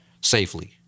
safely